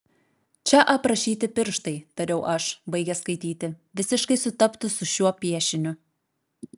čia aprašyti pirštai tariau aš baigęs skaityti visiškai sutaptų su šiuo piešiniu